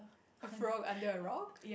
a frog under a rock